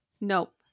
Nope